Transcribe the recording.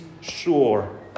sure